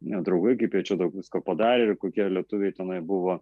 nedraugai kaip jie čia daug visko padarė ir kokie lietuviai tenai buvo